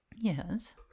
yes